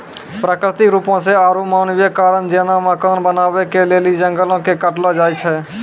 प्राकृतिक रुपो से आरु मानवीय कारण जेना मकान बनाबै के लेली जंगलो के काटलो जाय छै